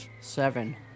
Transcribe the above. Seven